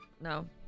No